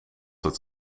het